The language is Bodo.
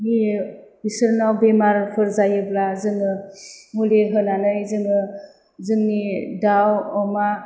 होयो बिसोरनाव बेमारफोर जायोब्ला जोङो मुलि होनानै जोङो जोंनि दाउ अमा